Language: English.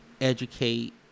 educate